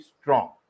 strong